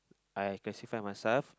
I classify myself